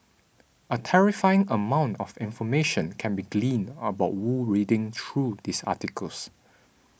a terrifying amount of information can be gleaned about Wu reading through these articles